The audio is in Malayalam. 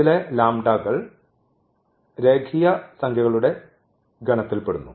ഇതിലെ ലാംഡകൾ രേഖീയ സംഖ്യയുടെ ഗണത്തിൽ പെടുന്നു